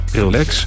relax